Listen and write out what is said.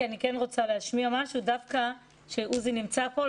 אני רוצה לומר משהו דווקא כשעוזי נמצא פה,